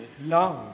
Love